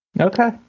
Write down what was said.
Okay